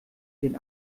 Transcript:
den